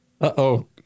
uh-oh